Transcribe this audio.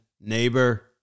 neighbor